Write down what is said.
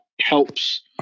helps